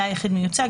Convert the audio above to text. היה היחיד מיוצג,